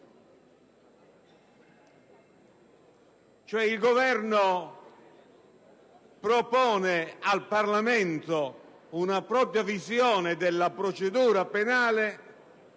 Il Governo dunque propone al Parlamento una propria visione della procedura penale